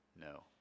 no